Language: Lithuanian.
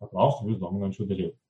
paklausti jus dominančių dalykų